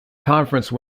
conference